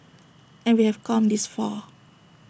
and we have come this far